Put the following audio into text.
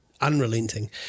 unrelenting